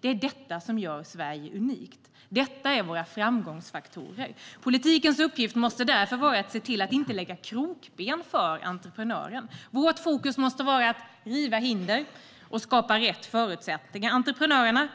Det är detta som gör Sverige unikt. Detta är våra framgångsfaktorer. Politikens uppgift måste därför vara att se till att inte lägga krokben för entreprenörerna. Vårt fokus måste vara att riva hinder och skapa rätt förutsättningar. Entreprenörerna